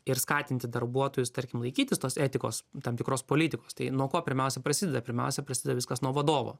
ir skatinti darbuotojus tarkim laikytis tos etikos tam tikros politikos tai nuo ko pirmiausia prasideda pirmiausia prasideda viskas nuo vadovo